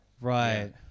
Right